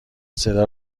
صدا